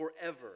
forever